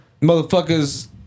Motherfuckers